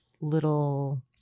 little